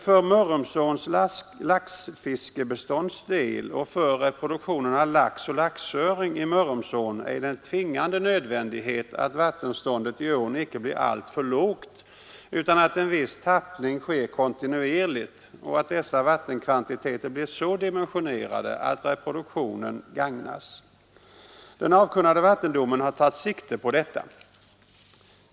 För Mörrumsåns laxfiskebestånds del och för reproduktionen av lax och laxöring i Mörrumsån är det en tvingande nödvändighet att vattenståndet i ån icke blir alltför lågt utan att en viss tappning sker kontinuerligt och att dessa vattenkvantiteter blir så dimensionerade att reproduktionen gagnas. Den avkunnade vattendomen har tagit sikte på detta.